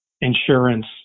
insurance